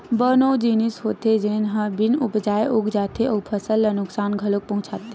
बन ओ जिनिस होथे जेन ह बिन उपजाए उग जाथे अउ फसल ल नुकसान घलोक पहुचाथे